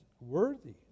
worthy